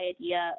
idea